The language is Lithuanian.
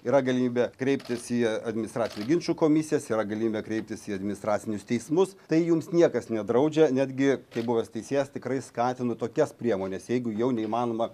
yra galimybė kreiptis į administracinių ginčų komisijas yra galimybė kreiptis į administracinius teismus tai jums niekas nedraudžia netgi kai buvęs teisėjas tikrai skatinu tokias priemones jeigu jau neįmanoma